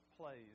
plays